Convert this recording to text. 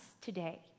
today